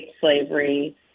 slavery